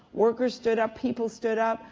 workers stood up. people stood up.